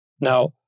Now